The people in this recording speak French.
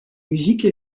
musique